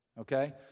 Okay